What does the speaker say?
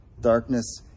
Darkness